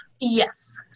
Yes